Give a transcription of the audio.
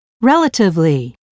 relatively